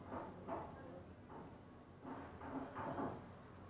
आम्हाला ऑपरेशनल जोखीम शोधणे आवश्यक आहे अन्यथा कंपनी बुडू शकते